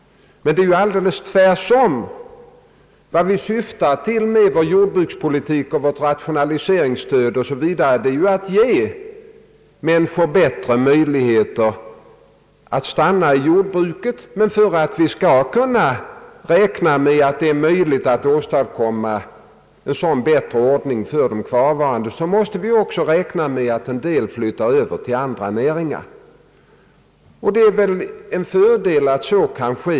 Men det är väl alldeles tvärtom. Vad vi syftar till med vår jordbrukspolitik och vårt rationaliseringsstöd är ju att ge människorna större möjligheter att stanna i jordbruket. Men för att vi skall kunna räkna med att det är möjligt att åstadkomma en sådan bättre ordning för de kvarvarande måste vi också räkna med att en del flyttar över till andra näringar. Det är väl en fördel att så kan ske.